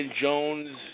Jones